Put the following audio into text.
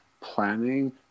planning